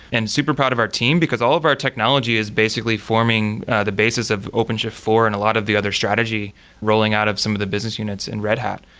and super proud of our team, because all of our technology is basically forming the basis of openshift four and a lot of the other strategy rolling out of some of the business units in red hat.